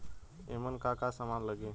ईमन का का समान लगी?